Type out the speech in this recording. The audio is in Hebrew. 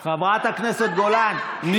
דוד המלך, חברת הכנסת מאי גולן, שנייה.